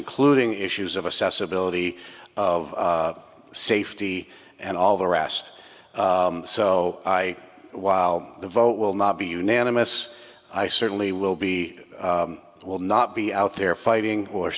including issues of assess ability of safety and all the rest so i while the vote will not be unanimous i certainly will be will not be out there fighting